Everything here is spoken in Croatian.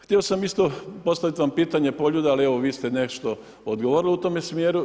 Htio sam isto postaviti vam pitanje Poljuda, ali evo vi ste nešto odgovorili u tome smjeru.